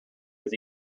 his